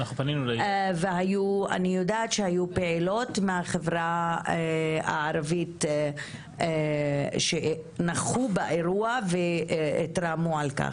אני יודעת שהיו פעילות מהחברה הערבית שנכחו באירוע והתרעמו על כך.